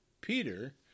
Peter